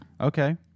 Okay